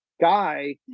guy